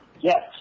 Yes